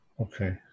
Okay